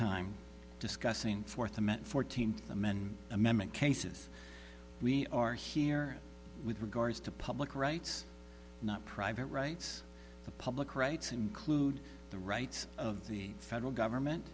time discussing forth a met fourteenth amendment amendment cases we are here with regards to public rights not private rights the public rights include the rights of the federal government